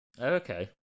okay